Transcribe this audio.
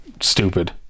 Stupid